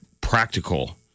practical